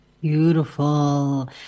Beautiful